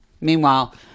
meanwhile